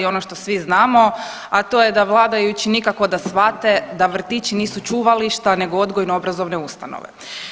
Ono što svi znamo, a to je da vladajući nikako da shvate da vrtići nisu čuvališta nego odgojno obrazovne ustanove.